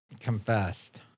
confessed